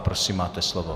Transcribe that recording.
Prosím, máte slovo.